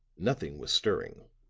nothing was stirring.